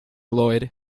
lloyd